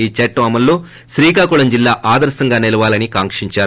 ఈ చట్లం అమలులో శ్రీకాకుళం జల్లా ఆదర్పంగా నిలవాలని ఆకాంకిందారు